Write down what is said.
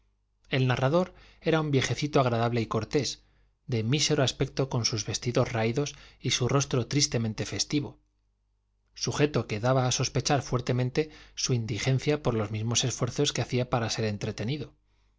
el narrador era un viejecito agradable y cortés de mísero aspecto con sus vestidos raídos y su rostro tristemente festivo sujeto que daba a sospechar fuertemente su indigencia por los mismos esfuerzos que hacía para ser entretenido